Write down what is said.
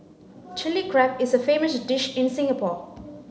Chilli Crab is a famous dish in Singapore